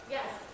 Yes